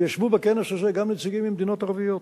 וישבו בכנס הזה גם נציגים ממדינות ערביות.